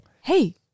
hey